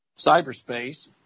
cyberspace